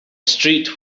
street